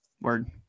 Word